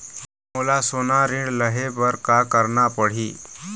मोला सोना ऋण लहे बर का करना पड़ही?